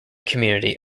community